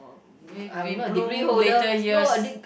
we we bloom later years